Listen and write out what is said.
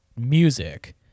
music